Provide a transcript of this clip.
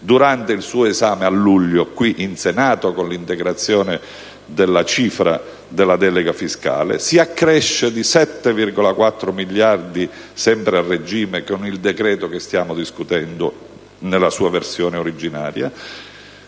durante l'esame a luglio in Senato, con l'integrazione della cifra della delega fiscale; la cifra si accresce poi di 7,4 miliardi (sempre a regime) con il decreto che stiamo discutendo nella sua versione originaria